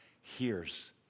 hears